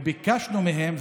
וביקשנו מהם,